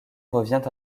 revient